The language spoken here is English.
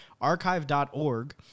archive.org